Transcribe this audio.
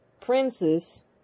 princess